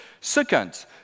Second